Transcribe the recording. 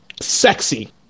sexy